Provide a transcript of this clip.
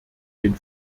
den